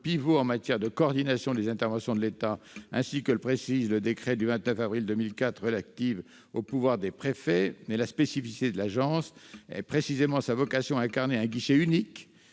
pivot en matière de coordination des interventions de l'État, ainsi que le précise le décret du 29 avril 2004 relatif aux pouvoirs des préfets, mais la spécificité de l'ANCT est précisément sa vocation à incarner un guichet unique